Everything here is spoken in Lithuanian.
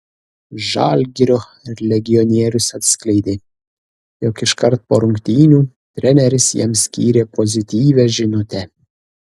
žalgirio legionierius atskleidė jog iškart po rungtynių treneris jam skyrė pozityvią žinutę